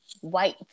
White